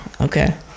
Okay